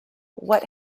what